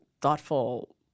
thoughtful